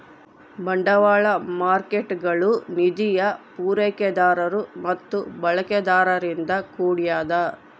ಬಂಡವಾಳ ಮಾರ್ಕೇಟ್ಗುಳು ನಿಧಿಯ ಪೂರೈಕೆದಾರರು ಮತ್ತು ಬಳಕೆದಾರರಿಂದ ಕೂಡ್ಯದ